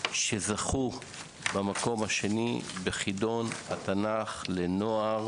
שזכו במקום השני בחידון התנ״ך לנוער